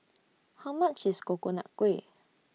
How much IS Coconut Kuih